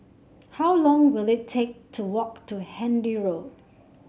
how long will it take to walk to Handy Road